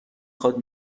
خواد